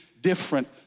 different